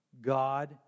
God